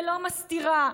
ולא מסתירה,